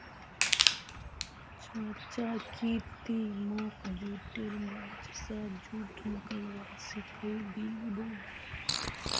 चाचा की ती मोक जुटेर गाछ स जुट निकलव्वा सिखइ दी बो